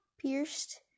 pierced